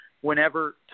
whenever